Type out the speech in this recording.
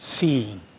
seeing